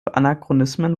anachronismen